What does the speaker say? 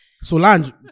Solange